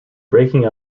breaking